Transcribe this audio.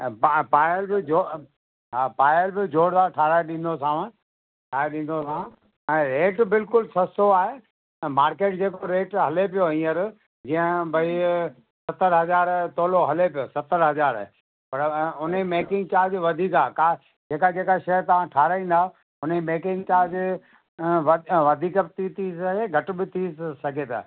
ऐं प पायल जो हा पायल त जोरदार ठहाराइ ॾींदोसाव ठाहे ॾींदोसाव ऐं रेट बिल्कुलु सस्तो आहे मार्केट जेको रेट हले पियो हींअर हींअण भई सतरि हज़ार तोलो हले पियो सतरि हज़ार पर अ उन मेकिंग चार्ज वधीक आहे का जेका जेका शइ तव्हां ठहाराईंदा उनजी मेकिंग चार्ज व वधीक बि थी सघे घटि बि थी सघे त